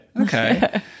okay